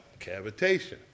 cavitation